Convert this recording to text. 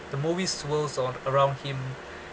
the movie's swirls on around him